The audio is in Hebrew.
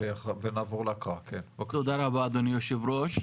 תודה רבה אדוני היושב-ראש.